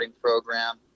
program